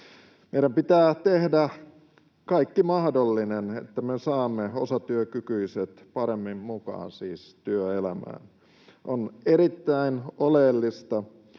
Meidän pitää tehdä kaikki mahdollinen, että me saamme osatyökykyiset paremmin mukaan työelämään. On erittäin oleellista,